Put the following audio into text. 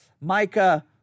Micah